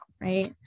right